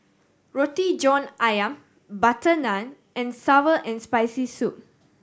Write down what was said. Roti John Ayam butter naan and sour and Spicy Soup